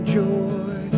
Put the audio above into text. joy